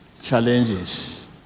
challenges